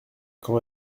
quand